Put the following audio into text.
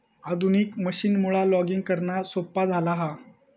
आधुनिक मशीनमुळा लॉगिंग करणा सोप्या झाला हा